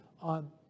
on